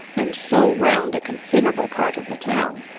and so round a considerable part of the town,